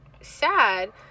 sad